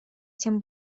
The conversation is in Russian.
тем